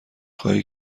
خواهی